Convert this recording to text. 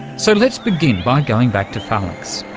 so, let's begin by going back to phalanx,